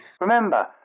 Remember